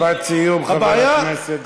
משפט סיום, חבר הכנסת ג'בארין.